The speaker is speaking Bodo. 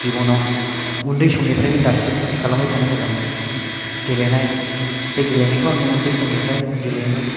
जिबनाव उन्दै समनिफ्राइनो दासिम खालामबाय थानो मोजां मोनो गेलेनाय बे गेलेनायखौ आङो उन्दै समनिफ्राइ गेलेयोमोन